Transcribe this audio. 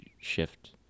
shift